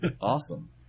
Awesome